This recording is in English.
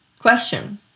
Question